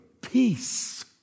peace